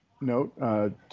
note